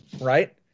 right